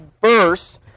verse